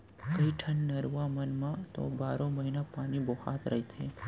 कइठन नरूवा मन म तो बारो महिना पानी बोहावत रहिथे